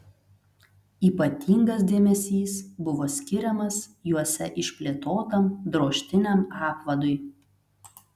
ypatingas dėmesys buvo skiriamas juose išplėtotam drožtiniam apvadui